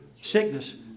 sickness